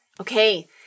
Okay